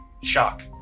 Shock